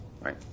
right